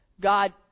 God